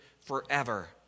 forever